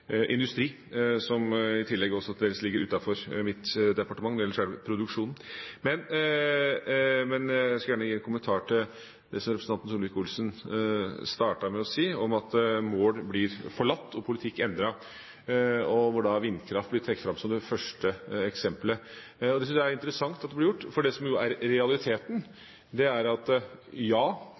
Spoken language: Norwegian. industri, som i tillegg også til dels ligger utenfor mitt departement – det gjelder selve produksjonen. Men jeg skal gjerne gi en kommentar til det representanten Solvik-Olsen startet med å si, om at mål blir forlatt og politikk endret, og hvor da vindkraft blir trukket fram som det første eksemplet. Jeg syns det er interessant at det blir gjort, for det som er realiteten, er: Ja, en satte ambisiøse mål på vind. Hva var det